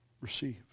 receive